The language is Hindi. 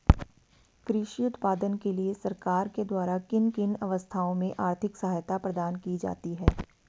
कृषि उत्पादन के लिए सरकार के द्वारा किन किन अवस्थाओं में आर्थिक सहायता प्रदान की जाती है?